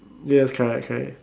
yes correct correct